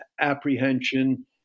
apprehension